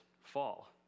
fall